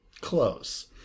Close